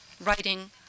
writing